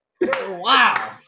Wow